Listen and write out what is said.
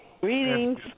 Greetings